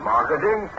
Marketing